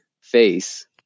face